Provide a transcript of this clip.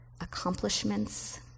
accomplishments